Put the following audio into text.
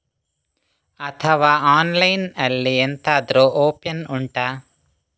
ಅಥವಾ ಆನ್ಲೈನ್ ಅಲ್ಲಿ ಎಂತಾದ್ರೂ ಒಪ್ಶನ್ ಉಂಟಾ